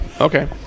Okay